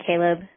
Caleb